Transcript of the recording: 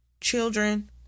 children